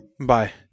Bye